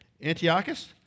Antiochus